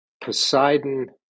Poseidon